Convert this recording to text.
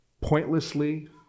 pointlessly